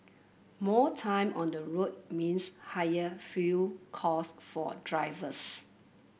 more time on the road means higher fuel cost for drivers